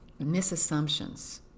misassumptions